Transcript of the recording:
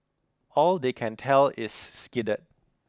all they can tell is skidded